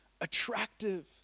attractive